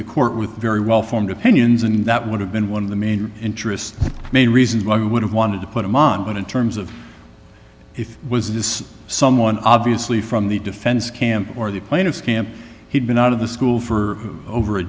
the court with very well formed opinions and that would have been one of the main interest main reasons why i would have wanted to put him on but in terms of if was this someone obviously from the defense camp or the plaintiff's camp he'd been out of the school for over a